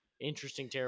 interesting